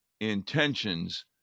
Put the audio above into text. intentions